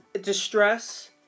distress